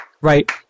right